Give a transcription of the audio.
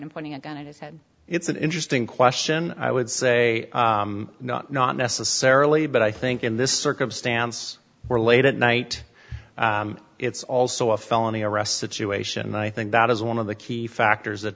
pointing a gun at his head it's an interesting question i would say not not necessarily but i think in this circumstance we're late at night it's also a felony arrest situation and i think that is one of the key factors that